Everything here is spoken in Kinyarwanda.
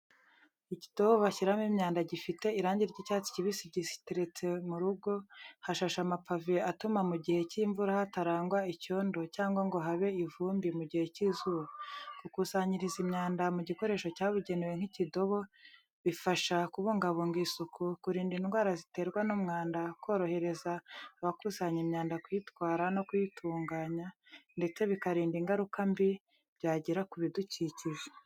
Ikidobo bashyiramo imyanda gifite irangi ry'icyatsi kibisi giteretse mu rugo, hashashe amapave atuma mu gihe cy'imvura hatarangwa icyondo cyangwa ngo habe ivumbi mu gihe cy'izuba. Gukusanyiriza imyanda mu gikoresho cyabugenewe nk’ikidobo, bifasha kubungabunga isuku, kurinda indwara ziterwa n’umwanda, korohereza abakusanya imyanda kuyitwara no kuyitunganya, ndetse bikarinda ingaruka mbi byagira ku bidukikije.